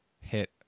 hit